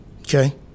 Okay